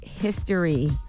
history